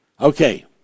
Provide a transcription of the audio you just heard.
Okay